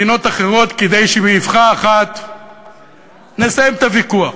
מדינות אחרות, כדי שבאבחה אחת נסיים את הוויכוח.